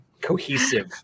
cohesive